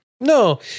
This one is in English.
No